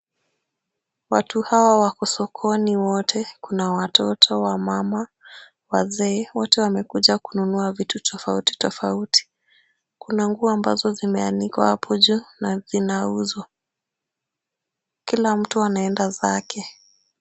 Watu hawa wako sokoni wote. Kuna watoto, wamama, wazee, wote wamekuja kununua vitu tofauti tofauti. Kuna nguo ambazo zimeanikwa hapo juu na zinauzwa. Kila mtu anaenda zake.